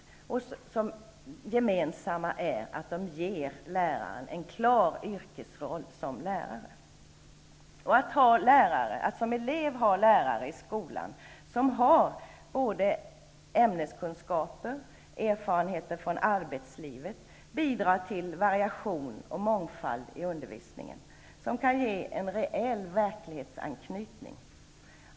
Gemensamt för dem alla är att de ger läraren en klar yrkesroll som lärare. Att som elev i skolan ha lärare som har både ämneskunskaper och erfarenheter från arbetslivet bidrar till variation och mångfald i undervisningen, och det kan ge en reell verklighetsanknytning.